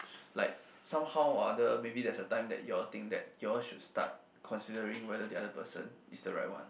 like somehow or other maybe there's a time that you all think that you all should start considering whether the other person is the right one or not like